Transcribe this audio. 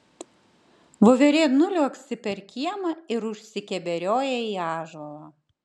voverė nuliuoksi per kiemą ir užsikeberioja į ąžuolą